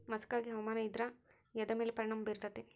ಮಸಕಾಗಿ ಹವಾಮಾನ ಇದ್ರ ಎದ್ರ ಮೇಲೆ ಪರಿಣಾಮ ಬಿರತೇತಿ?